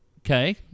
Okay